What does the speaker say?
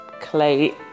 clay